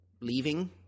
leaving